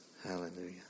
Hallelujah